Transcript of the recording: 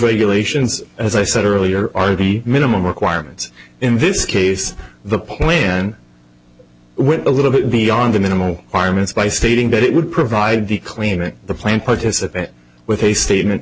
regulations as i said earlier already minimum requirements in this case the plan a little bit beyond a minimal fireman's by stating that it would provide the cleaning the plant participate with a statement